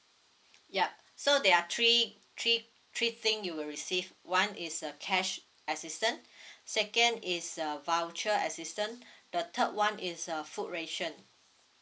yup so there are three three three thing you will receive one is a cash assistant second is a voucher assistant the third one is a food ration